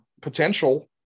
potential